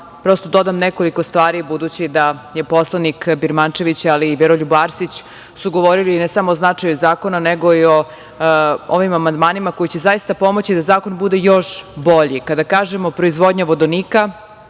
prosto dodam nekoliko stvari, budući da su poslanik Birmančević, ali i Veroljub Arsić govorili ne samo o značaju zakona, nego i o ovim amandmanima koji će zaista pomoći da zakon bude još bolji. Kada kažemo proizvodnja vodonika